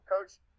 Coach